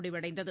முடிவடைந்தது